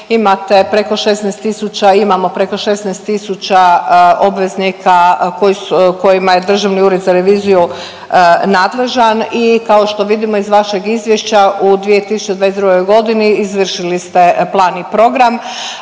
imamo preko 16.000 obveznika kojima je Državni ured za reviziju nadležan i kao što vidimo iz vašeg izvješća u 2022.g. izvršili ste plan i program